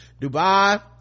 Dubai